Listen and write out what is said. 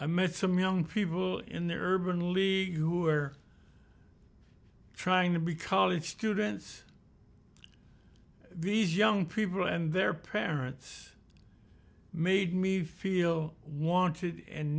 i met some young people in the urban league who are trying to be college students these young people and their parents made me feel wanted and